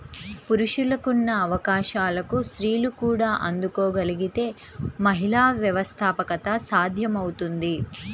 పురుషులకున్న అవకాశాలకు స్త్రీలు కూడా అందుకోగలగితే మహిళా వ్యవస్థాపకత సాధ్యమవుతుంది